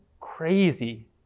crazy